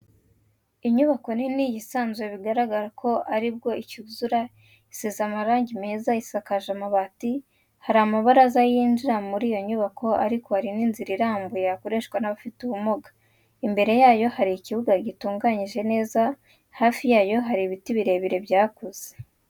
Inyubako nini yisanzuye bigaragara ko aribwo icyuzura, isize amarangi meza isakaje amabati, hari amabaraza yinjira muri iyo nyubako ariko hari n'inzira irambuye yakoreshwa n'abafite ubumuga, imbere yayo hari ikibuga gitunganyije neza hafi yayo hari ibiti birebire byakuze.